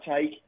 take